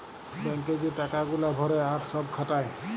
bank এ যে টাকা গুলা ভরে আর সব খাটায়